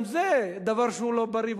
גם זה דבר שהוא לא בריא,